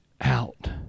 out